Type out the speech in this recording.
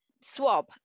swab